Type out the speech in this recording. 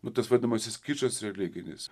nu tas vadinamasis kičas religinis